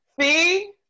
See